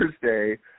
Thursday